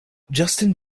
justin